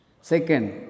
Second